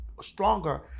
stronger